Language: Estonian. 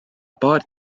paar